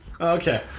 Okay